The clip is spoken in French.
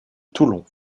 toulon